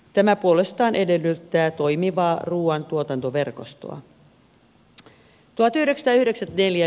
tämä puolestaan edellyttää toimivaa ruuan tuotantoverkostoa